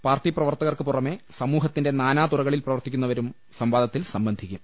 party പ്രവർത്തകർക്ക് പുറമെ സമൂഹത്തിന്റെ നാനാതുറകളിൽ പ്രവർത്തിക്കുന്നവരും സംവാദത്തിൽ സംബന്ധിക്കും